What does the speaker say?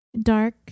Dark